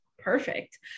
Perfect